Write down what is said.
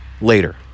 later